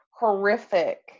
horrific